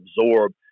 absorb